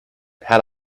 had